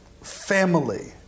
family